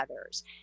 others